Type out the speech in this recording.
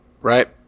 right